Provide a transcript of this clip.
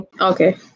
okay